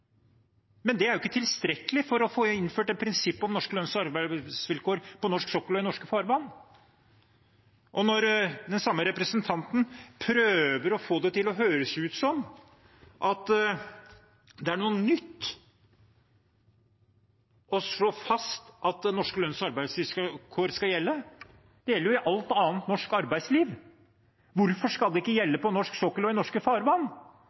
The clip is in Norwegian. er ikke tilstrekkelig for å få innført et prinsipp om norske lønns- og arbeidsvilkår på norsk sokkel og i norske farvann. Den samme representanten prøver å få det til å høres ut som at det er noe nytt å slå fast at norske lønns- og arbeidsvilkår skal gjelde. Det gjelder jo i alt annet norsk arbeidsliv, hvorfor skal det ikke gjelde på norsk sokkel og i norske farvann?